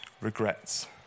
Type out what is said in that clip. regrets